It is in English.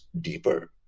deeper